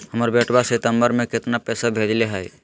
हमर बेटवा सितंबरा में कितना पैसवा भेजले हई?